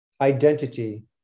Identity